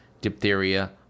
diphtheria